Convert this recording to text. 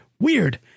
Weird